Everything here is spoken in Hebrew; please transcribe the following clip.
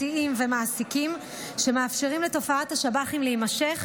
מסיעים ומעסיקים שמאפשרים לתופעת השב"חים להימשך,